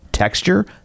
Texture